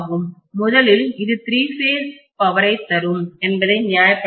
முதலில் இது three phase பவரை தரும் என்பதை நியாயப்படுத்த முடியும்